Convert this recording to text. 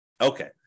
okay